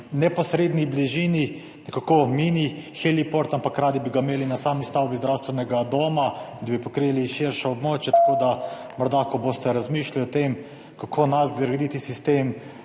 neposredni bližini mini heliport, ampak radi bi ga imeli na sami stavbi zdravstvenega doma, da bi pokrili širše območje. Morda, ko boste razmišljali o tem, kako nadgraditi sistem